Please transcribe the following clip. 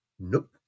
Nope